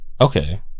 Okay